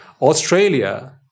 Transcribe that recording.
Australia